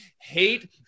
hate